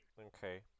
Okay